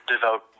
devote